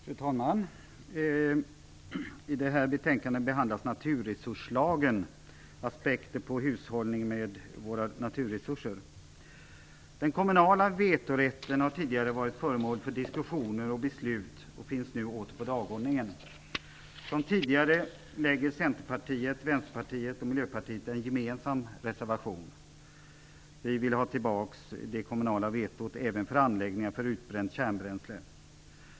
Fru talman! I detta betänkande behandlas naturresurslagen - aspekter på hushållning med våra naturresurser. Den kommunala vetorätten har tidigare varit föremål för diskussioner och beslut och finns nu åter på dagordningen. Som tidigare lägger Centerpartiet, Vänsterpartiet och Miljöpartiet en gemensam reservation. Vi vill ha tillbaka det kommunala vetot även för anläggningar för utbränt kärnbränsle.